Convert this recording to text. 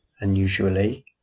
unusually